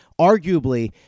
arguably